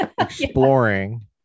exploring